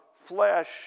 flesh